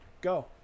go